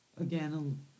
again